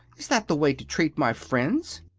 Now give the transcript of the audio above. is that the way to treat my friends?